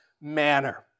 manner